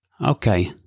Okay